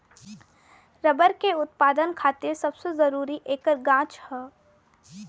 rubber के उत्पदान खातिर सबसे जरूरी ऐकर गाछ ह